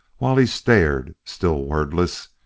while he stared, still wordless,